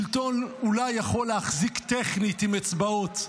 שלטון אולי יכול להחזיק טכנית עם אצבעות,